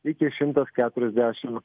iki šimtas keturiasdešimt